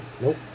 Nope